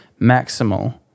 maximal